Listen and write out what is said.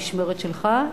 במשמרת שלך,